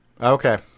Okay